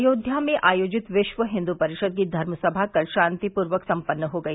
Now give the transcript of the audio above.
अयोध्या में आयोजित विश्व हिंदू परिषद की धर्मसमा कल शांति पूर्वक सम्पन्न हो गई